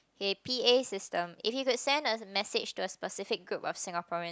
the p_a system if you could send a message to a specific group of Singaporeans